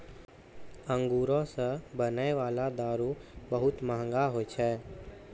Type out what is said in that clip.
अंगूरो से बनै बाला दारू बहुते मंहगा होय छै